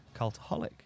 cultaholic